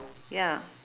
ya